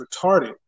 retarded